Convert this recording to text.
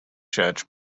church